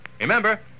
Remember